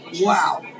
Wow